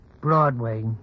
Broadway